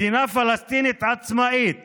מדינה פלסטינית עצמאית